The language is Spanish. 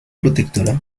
protectora